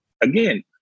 again